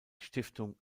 stiftung